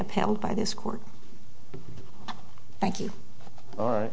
upheld by this court thank you